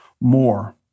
more